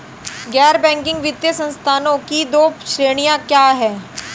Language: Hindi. गैर बैंकिंग वित्तीय संस्थानों की दो श्रेणियाँ क्या हैं?